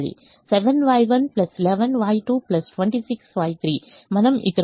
7Y1 11Y2 26Y3 మనం ఇక్కడ కనుగొన్నాము Y3 అనేది Y1 3Y2 4Y3 ≥ 4 కు లోబడి ఉంటుంది